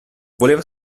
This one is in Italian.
voleva